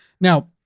Now